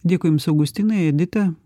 dėkui jums augustinai edita